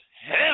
hell